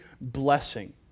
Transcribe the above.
blessing